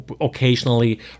occasionally